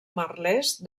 merlès